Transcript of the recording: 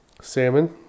Salmon